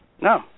No